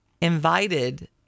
invited